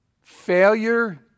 Failure